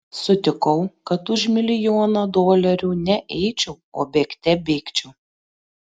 sutikau kad už milijoną dolerių ne eičiau o bėgte bėgčiau